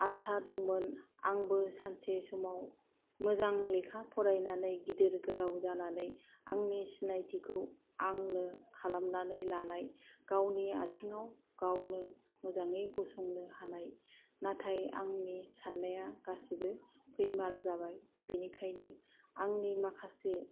आसा दंमोन आंबो सानसे समाव मोजां लेखा फरायनानै गिदिर गोलाव जानानै आंनि सिनाथिखौै गावनो खालामनानै लानाय गावनि आथिङाव गावनो मोजाङै गसंनो हानाय नाथाय आंनि साननाया गासिबो फैमाल जाबाय बिनिखायनो आंनि